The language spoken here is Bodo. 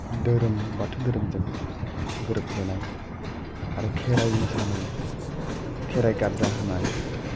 दोहोरोम बाथौ दोहोरोमजों गोरोबफ्लेनाय आरो खेराय मोसानाय खेराय गारजा होनाय